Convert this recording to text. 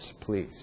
please